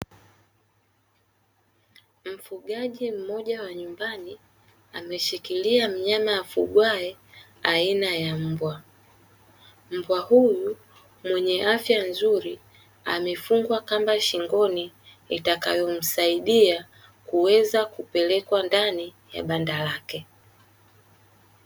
Mfugaji mmoja wa nyumbani ameshikilia mnyama afugwaye aina ya mbwa. Mbwa huyu mwenye afya nzuri, amefungwa kamba shingoni itakayomsaidia kuweza kupelekwa ndani ya banda lake.